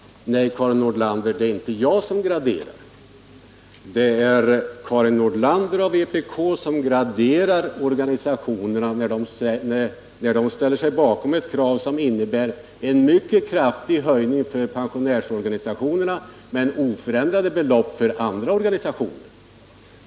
Nej, Karin Nordlander, det är inte jag som graderar. Det är Karin Nordlander och vpk som graderar, när man ställer sig bakom en mycket kraftig höjning för pensionärsorganisationerna, men förordar oförändrat belopp för andra organisationer.